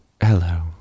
Hello